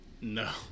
No